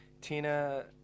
Tina